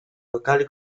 locali